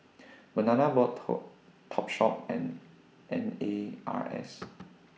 Banana Boat toe Topshop and N A R S